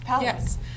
Yes